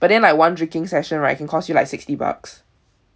but then like one drinking session right can cost you like sixty bucks